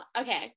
Okay